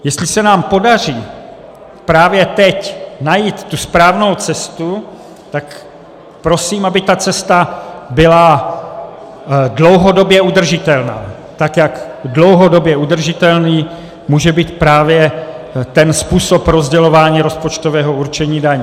Jestli se nám podaří právě teď najít tu správnou cestu, tak prosím, aby ta cesta byla dlouhodobě udržitelná, tak jak dlouhodobě udržitelný může být právě ten způsob rozdělování rozpočtového určení daní.